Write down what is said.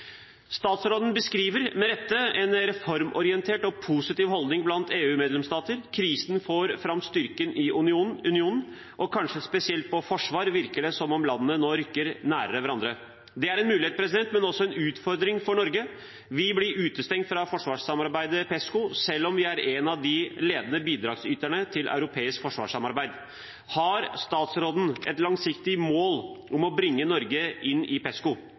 Statsråden beskriver – med rette – en reformorientert og positiv holdning blant EUs medlemsstater. Krisen får fram styrken i unionen, og kanskje spesielt innen forsvar virker det som om landene nå rykker nærmere hverandre. Det er en mulighet, men også en utfordring for Norge. Vi blir utestengt fra forsvarssamarbeidet PESCO, selv om vi er en av de ledende bidragsyterne til europeisk forsvarssamarbeid. Har statsråden et langsiktig mål om å bringe Norge inn i